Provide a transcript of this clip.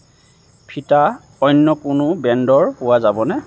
ফিতা অন্য কোনো ব্ৰেণ্ডৰ পোৱা যাবনে